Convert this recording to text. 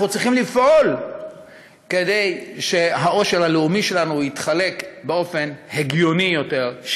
אנחנו צריכים לפעול כדי שהעושר הלאומי שלנו יתחלק באופן הגיוני יותר,